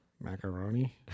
Macaroni